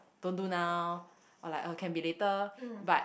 don't do now or like uh can be later but